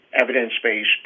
evidence-based